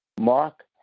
Mark